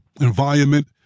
environment